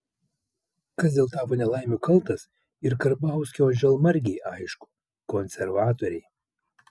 kas dėl tavo nelaimių kaltas ir karbauskio žalmargei aišku konservatoriai